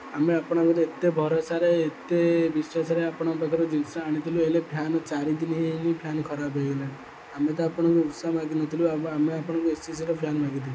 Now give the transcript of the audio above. ଆମେ ଆପଣଙ୍କର ଏତେ ଭରସାରେ ଏତେ ବିଶ୍ୱାସରେ ଆପଣଙ୍କ ପାଖରୁ ଜିନିଷ ଆଣିଥିଲୁ ଏ ହେଲେ ଫ୍ୟାନ୍ ଚାରି ଦିନ ହୋଇନି ଫ୍ୟାନ୍ ଖରାପ ହୋଇଗଲା ଆମେ ତ ଆପଣଙ୍କୁ ଉଷା ମାଗିିନଥିଲୁ ଆମେ ଆପଣଙ୍କୁ ଏସିସିର ଫ୍ୟାନ୍ ମାଗିଥିଲୁ